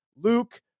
Luke